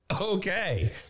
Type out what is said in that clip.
Okay